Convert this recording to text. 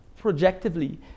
projectively